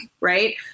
right